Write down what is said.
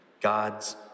God's